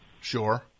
Sure